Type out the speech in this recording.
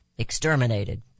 Exterminated